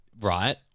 Right